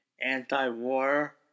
anti-war